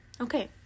Okay